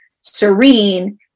Serene